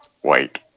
White